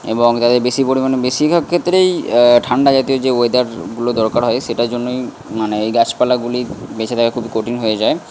এবং তাদের বেশি পরিমাণে বেশিরভাগ ক্ষেত্রেই ঠান্ডা জাতীয় যে ওয়েদারগুলো দরকার হয় সেটার জন্যই মানে এই গাছপালাগুলি বেঁচে থাকা খুবই কঠিন হয়ে যায়